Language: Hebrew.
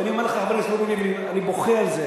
ואני אומר לך,